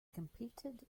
competed